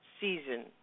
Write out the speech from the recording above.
season